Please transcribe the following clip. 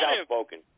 outspoken